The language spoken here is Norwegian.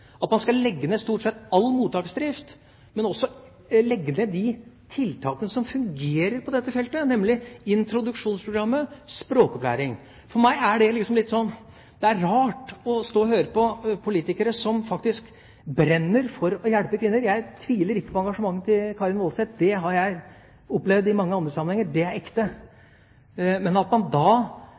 Man skal legge ned stort sett all mottaksdrift, men også legge ned de tiltakene som fungerer på dette feltet, nemlig introduksjonsprogrammet og språkopplæring. For meg er det rart å stå og høre på politikere som faktisk brenner for å hjelpe kvinner – jeg tviler ikke på engasjementet til Karin Woldseth, det har jeg opplevd i mange andre sammenhenger er ekte – men samtidig er med og bidrar til at man